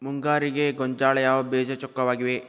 ಮುಂಗಾರಿಗೆ ಗೋಂಜಾಳ ಯಾವ ಬೇಜ ಚೊಕ್ಕವಾಗಿವೆ?